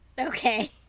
Okay